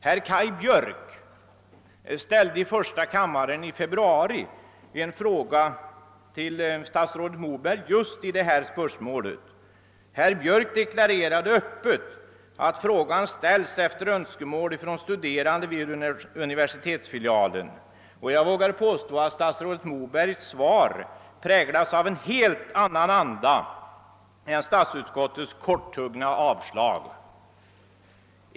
Herr Kaj Björk i första kammaren ställde i februari en fråga till statsrådet Moberg just i detta ärende. Herr Björk deklarerade öppet att frågan ställts efter önskemål från studerande vid universitetsfilialen. Jag vågar påstå att statsrådet Mobergs svar präglades av en helt annan anda än statsutskottets korthuggna avstyrkande.